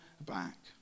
back